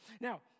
Now